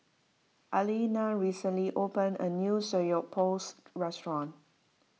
Elena recently opened a new Samgyeopsal restaurant